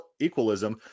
equalism